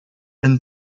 and